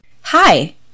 Hi